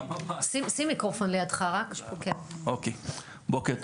בוקר טוב.